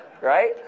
Right